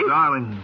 darling